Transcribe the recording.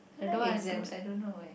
I like exams I don't know leh